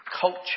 culture